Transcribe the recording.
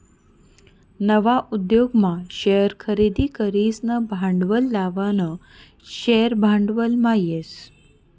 नवा उद्योगमा शेअर खरेदी करीसन भांडवल लावानं शेअर भांडवलमा येस